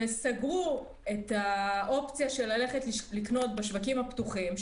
וסגרו את האופציה של ללכת לקנות בשווקים הפתוחים,